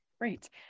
Great